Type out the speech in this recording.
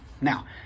now